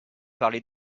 parlé